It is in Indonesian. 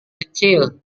kecil